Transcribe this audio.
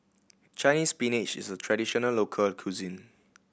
Chinese Spinach is a traditional local cuisine